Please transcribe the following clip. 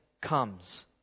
comes